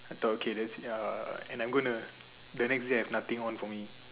I thought okay tha's it ah and I'm gonna the next day I have nothing on for me